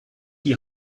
die